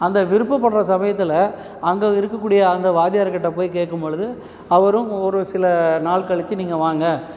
அந்த விருப்பப்படுற சமயத்தில் அங்கே இருக்கக்கூடிய அந்த வாத்தியார்கிட்ட போய் கேட்கும் பொழுது அவரும் ஒரு சில நாள் கழிச்சி நீங்கள் வாங்க